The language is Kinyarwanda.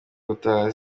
gutaha